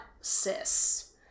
cis